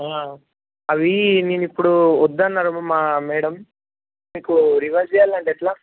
అవి నేను ఇప్పుడు వద్దన్నారు మా మేడం మీకు రివర్స్ చేయాలి అంటే ఎట్లా